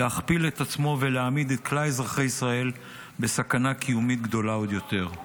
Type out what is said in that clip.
להכפיל את עצמו ולהעמיד את כלל אזרחי ישראל בסכנה קיומית גדולה יותר.